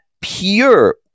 pure